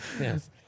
yes